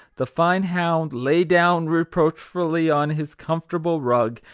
the fine hound lay down reproachfully on his com fortable rug,